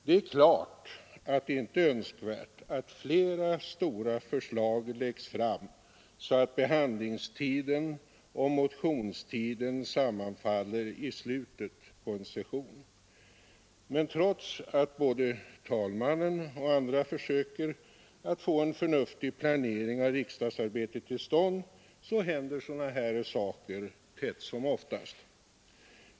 Det är klart att det inte är önskvärt att flera stora förslag läggs fram så att behandlingstiden och motionstiden sammanfaller i slutet på en session. Men trots att både talmannen och andra försöker få en förnuftig planering av riksdagsarbetet till stånd händer sådana här saker tätt som oftast.